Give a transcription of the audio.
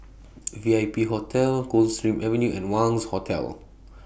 V I P Hotel Coldstream Avenue and Wangz Hotel